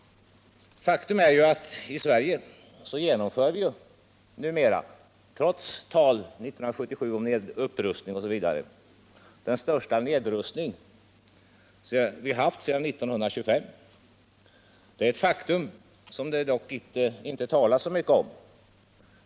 I Sverige genomför vi numera, trots talet om upprustning m.m. 1977, den största nedrustningen sedan 1925. Det är ett faktum som det dock inte talas så mycket om.